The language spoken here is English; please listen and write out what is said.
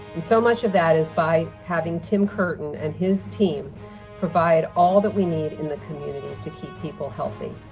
and so much of that is by having tim curtain and his team provide all that we need in the community to keep people healthy.